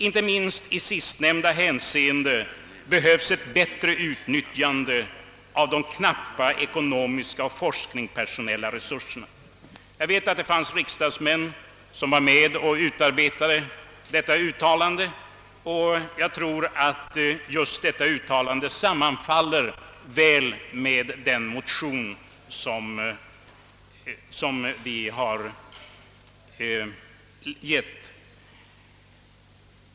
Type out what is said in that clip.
Inte minst i sistnämnda hänseende behövs ett bättre utnyttjande av de knappa ekonomiska och forskningspersonella resurserna.» Jag vet att riksdagsmän var med och utarbetade detta uttalande, och jag anser att just detta uttalande väl sammanfaller med den motion som vi har väckt.